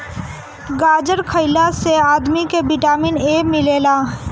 गाजर खइला से आदमी के विटामिन ए मिलेला